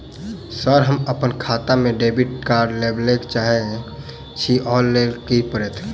Sir हम अप्पन खाता मे डेबिट कार्ड लेबलेल चाहे छी ओई लेल की परतै?